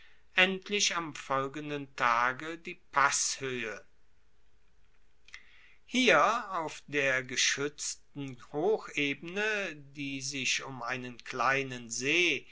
endlich am folgenden tage die passhoehe hier auf der geschuetzten hochebene die sich um einen kleinen see